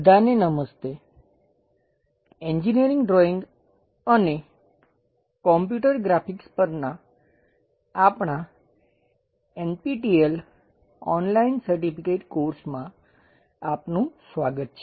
બધાને નમસ્તે engineering drawing અને computer graphics Engineering Drawing Computer Graphics પરના આપણાં NPTEL ઓનલાઇન સર્ટિફિકેટ કોર્સમાં આપનું સ્વાગત છે